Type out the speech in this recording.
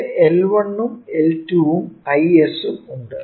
ഇവിടെ L1 ഉം L2 ഉം Is ഉം ഉണ്ട്